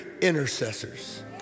intercessors